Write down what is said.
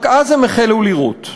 רק אז הם החלו לירות.